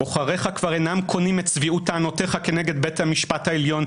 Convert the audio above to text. בוחריך כבר אינם קונים את צביעות טענותיך כנגד בית המשפט העליון,